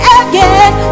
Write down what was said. again